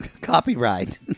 copyright